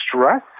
stress